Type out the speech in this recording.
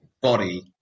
body